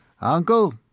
Uncle